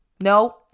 no